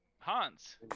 hans